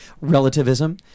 Relativism